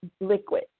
liquid